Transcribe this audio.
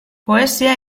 poesia